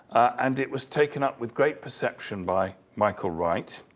and it was taken up with great perception by michael wright,